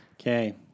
Okay